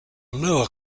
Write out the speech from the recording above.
lower